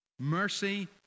mercy